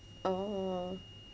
oh